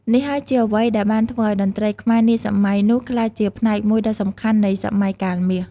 នេះហើយជាអ្វីដែលបានធ្វើឱ្យតន្ត្រីខ្មែរនាសម័យនោះក្លាយជាផ្នែកមួយដ៏សំខាន់នៃ "សម័យកាលមាស"។